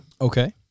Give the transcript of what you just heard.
Okay